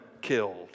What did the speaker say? killed